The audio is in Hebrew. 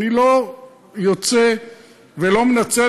אני לא יוצא ולא מנצל,